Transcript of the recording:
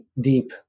deep